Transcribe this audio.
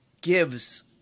gives